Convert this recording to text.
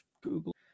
google